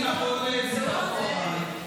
הכול בסדר,